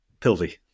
Pilvi